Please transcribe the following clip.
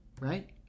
Right